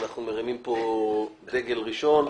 אנחנו מרימים פה דגל ראשון.